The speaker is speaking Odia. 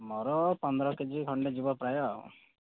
ମୋର ପନ୍ଦର କେଜି ଖଣ୍ଡେ ଯିବ ପ୍ରାୟ ଆଉ